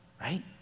right